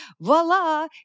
voila